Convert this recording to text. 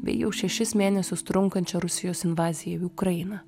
bei jau šešis mėnesius trunkančią rusijos invaziją į ukrainą